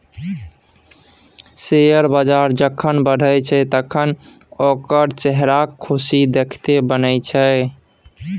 share बजार जखन बढ़ैत छै तखन ओकर चेहराक खुशी देखिते बनैत छै